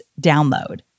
download